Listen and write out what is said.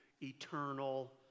eternal